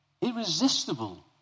irresistible